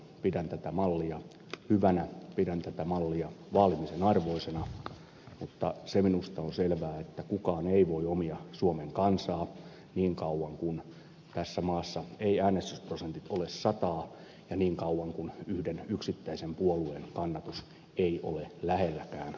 pidän tätä mallia hyvänä pidän tätä mallia vaalimisen arvoisena mutta se minusta on selvää että kukaan ei voi omia suomen kansaa niin kauan kuin tässä maassa eivät äänestysprosentit ole sataa ja niin kauan kuin yhden yksittäisen puolueen kannatus ei ole lähelläkään tuota sataa